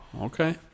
okay